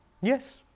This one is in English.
Yes